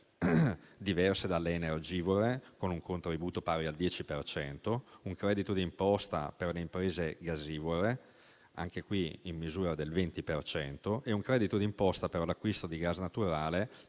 diverse dalle energivore, con un contributo pari al 10 per cento; di un credito d'imposta per le imprese gasivore, anche qui in misura del 20 per cento, e di un credito d'imposta per l'acquisto di gas naturale